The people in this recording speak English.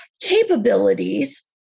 capabilities